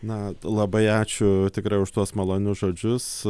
na labai ačiū tikrai už tuos malonius žodžius